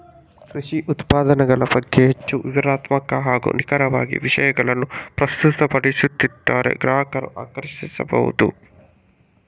ಕೃಷಿ ಉತ್ಪನ್ನಗಳ ಬಗ್ಗೆ ಹೆಚ್ಚು ವಿವರಣಾತ್ಮಕ ಹಾಗೂ ನಿಖರವಾಗಿ ವಿಷಯಗಳನ್ನು ಪ್ರಸ್ತುತಪಡಿಸಿದರೆ ಗ್ರಾಹಕರನ್ನು ಆಕರ್ಷಿಸಬಹುದು